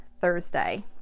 Thursday